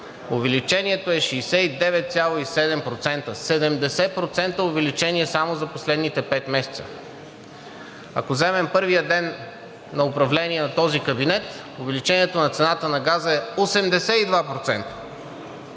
увеличението е 69,7%. Седемдесет процента увеличение само за последните пет месеца! Ако вземем първия ден на управление на този кабинет, увеличението на цената на газа е 82%.